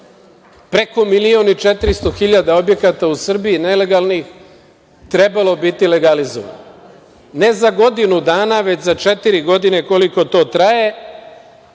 preko milion i 400 hiljada objekata u Srbiji nelegalnih, trebalo biti legalizovano. Ne za godinu dana, već za četiri godine koliko to traje.